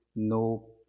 no